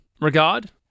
regard